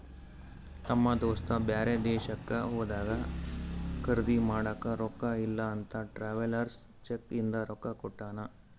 ನಮ್ ದೋಸ್ತ ಬ್ಯಾರೆ ದೇಶಕ್ಕ ಹೋದಾಗ ಖರ್ದಿ ಮಾಡಾಕ ರೊಕ್ಕಾ ಇಲ್ಲ ಅಂತ ಟ್ರಾವೆಲರ್ಸ್ ಚೆಕ್ ಇಂದ ರೊಕ್ಕಾ ಕೊಟ್ಟಾನ